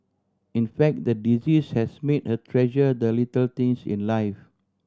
in fact the disease has made her treasure the little things in life